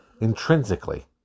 intrinsically